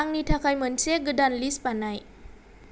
आंनि थाखाय मोनसे गोदान लिस्त बानाय